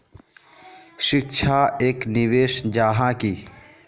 शिक्षा एक निवेश जाहा की?